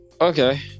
Okay